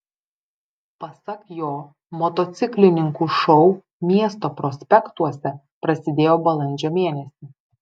pasak jo motociklininkų šou miesto prospektuose prasidėjo balandžio mėnesį